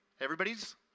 Everybody's